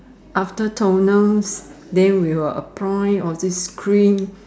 after toner then we will apply all these creams